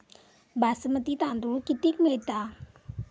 बासमती तांदूळ कितीक मिळता?